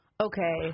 Okay